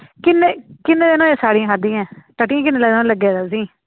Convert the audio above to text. किन्ने किन्ने दिन होए साड़ियां खाद्दियें टट्टियां किन्ने दिन होए लग्गे दे तुसें ई